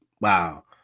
wow